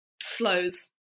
slows